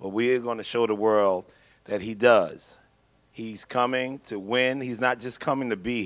we're going to show the world that he does he's coming when he's not just coming to be